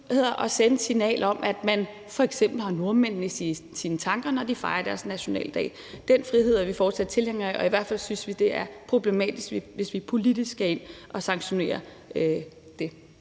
at sende et signal om, at man f.eks. har nordmændene i sine tanker, når de fejrer deres nationaldag. Den frihed er vi fortsat tilhængere af. Og i hvert fald synes vi, det er problematisk, hvis vi politisk skal ind og sanktionere det.